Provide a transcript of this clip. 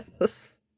Yes